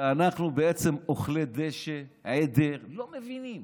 שאנחנו בעצם אוכלי דשא, עדר, לא מבינים,